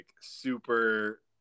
super